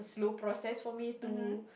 slow process for me to